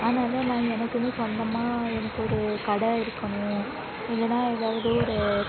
அதனால நான் எனக்குனு சொந்தமாக எனக்கு ஒரு கடை இருக்கணும் இல்லைனா ஏதாவது ஒரு